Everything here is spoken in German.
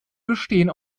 bestehen